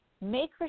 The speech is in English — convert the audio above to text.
make